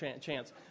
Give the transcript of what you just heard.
chance